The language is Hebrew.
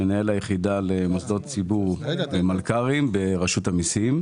מנהל היחידה למוסדות ציבור ומלכ"רים ברשות המיסים.